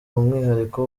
umwihariko